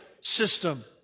system